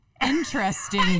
Interesting